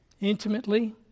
intimately